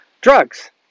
drugs